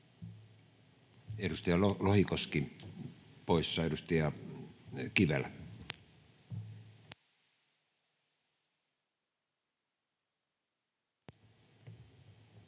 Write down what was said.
Edustaja Lohikoski poissa. — Edustaja Kivelä.